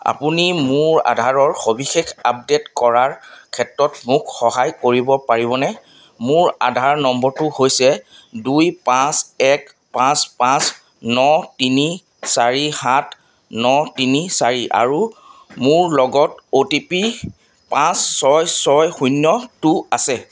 আপুনি মোৰ আধাৰৰ সবিশেষ আপডে'ট কৰাৰ ক্ষেত্ৰত মোক সহায় কৰিব পাৰিবনে মোৰ আধাৰ নম্বৰটো হৈছে দুই পাঁচ এক পাঁচ পাঁচ ন তিনি চাৰি সাত ন তিনি চাৰি আৰু মোৰ লগত অ' টি পি পাঁচ ছয় ছয় শূন্যটো আছে